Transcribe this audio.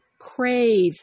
crave